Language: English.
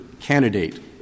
candidate